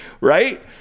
right